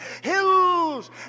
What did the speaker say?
Hills